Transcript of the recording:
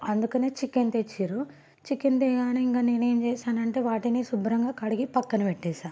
అందుకని చికెన్ తెచ్చారు చికెన్ తేగానే ఇంక నేను ఏం చేసానంటే వాటిని శుభ్రంగా కడిగి పక్కన పెట్టేసాను